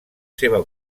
seva